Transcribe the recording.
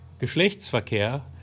Geschlechtsverkehr